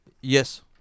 Yes